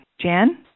Jan